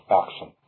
action